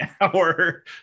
hour